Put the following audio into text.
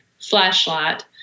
flashlight